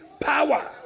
power